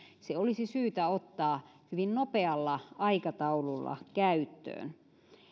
se olisi syytä ottaa hyvin nopealla aikataululla käyttöön